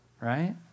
right